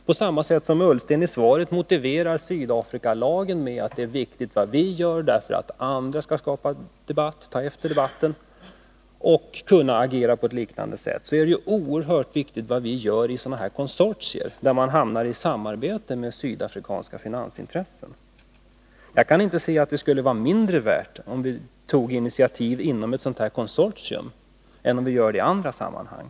På samma sätt som Ola Ullsten i svaret motiverar Sydafrikalagen med att det är viktigt vad vi gör, därför att andra skall ta efter debatten och kunna agera på ett likvärdigt sätt, är det oerhört viktigt vad vi gör i sådana här konsortier, där man hamnar i samarbete med sydafrikanska finansintressen. Jag kan inte se att det skulle vara mindre värt att ta initiativ inom ett sådant här konsortium än i andra sammanhang.